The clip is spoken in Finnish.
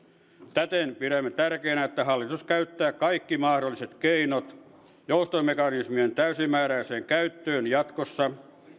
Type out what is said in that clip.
täten pidämme tärkeänä että hallitus käyttää kaikki mahdolliset keinot joustomekanismien täysimääräiseen käyttöön jatkossa